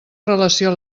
relació